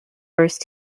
first